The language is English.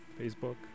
facebook